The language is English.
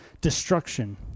destruction